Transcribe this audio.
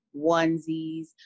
onesies